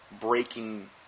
breaking